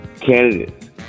candidates